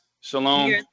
shalom